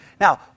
Now